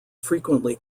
frequently